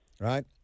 Right